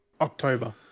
October